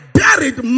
buried